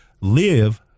Live